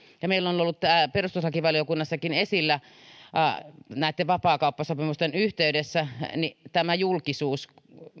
ja meillä on on ollut perustuslakivaliokunnassakin esillä vapaakauppasopimusten yhteydessä julkisuus